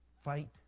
fight